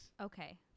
okay